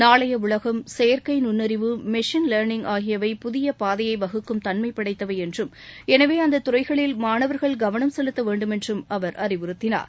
நாளைய உலகம் செயற்கை நுண்ணறிவு மற்றும் மெஷின் லே்னிங் ஆகியவை புதிய பாதையை வகுக்கும் தன்மை படைத்தவை எனவே அந்த துறைகளில் மாணவர்கள் கவனம் செலுத்த வேண்டுமென்று அவர் அறிவுறுத்தினார்